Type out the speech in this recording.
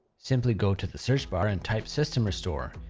simply go to the search bar and type system restore,